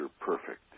perfect